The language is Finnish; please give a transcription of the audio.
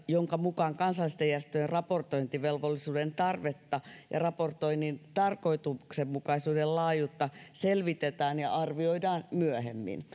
jonka mukaan kansallisten järjestöjen raportointivelvollisuuden tarvetta ja raportoinnin tarkoituksenmukaisuuden laajuutta selvitetään ja arvioidaan myöhemmin